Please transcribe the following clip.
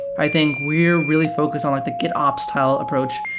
i think we're really focus on like the gitops style approach,